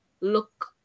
look